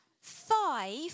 five